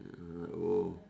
mm uh oh